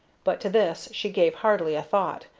but to this she gave hardly a thought,